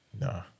Nah